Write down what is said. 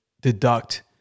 deduct